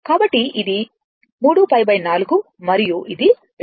కాబట్టి ఇది 3π 4 మరియు ఇది 2π